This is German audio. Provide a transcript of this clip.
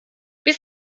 bis